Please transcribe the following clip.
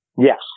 Yes